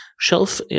shelf